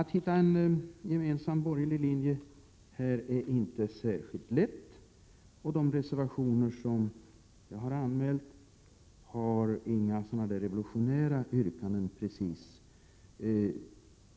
Att hitta en gemensam borgerlig linje är inte lätt. De reservationer jag berört innehåller inga revolutionerande yrkanden.